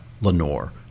Lenore